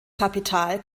kapital